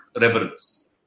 reverence